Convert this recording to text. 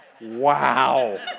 Wow